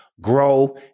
grow